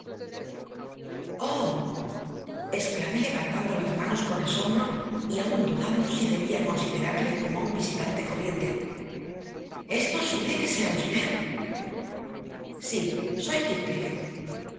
exclamé levantando las manos con asombro y aun dudando de si debía considerarle como a un visitante corriente es posible que sea usted sí soy